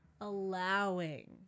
allowing